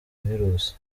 virusi